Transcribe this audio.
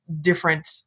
different